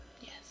Yes